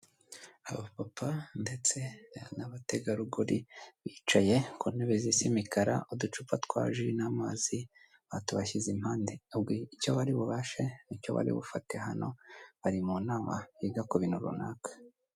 Abapapa ndetse n'abategarugori bicaye ku ntebe zisa imikara, uducupa twa ji n'amazi batubashyize impande, ubwo icyo bari bubashe nicyo bari bufate hano, bari mu nama yiga ku bintu runaka.